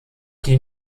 die